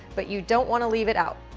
but you don't wanna leave it out.